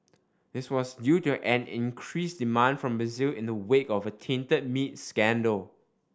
this was due to an increased demand from Brazil in the wake of a tainted meat scandal